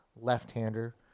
left-hander